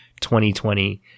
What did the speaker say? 2020